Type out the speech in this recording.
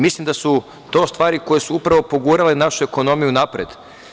Mislim da su to stvari koje su upravo pogurale našu ekonomiju napred.